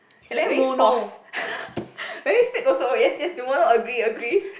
he like very forced very fake also yes yes mono agree agree